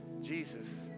Jesus